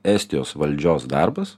estijos valdžios darbas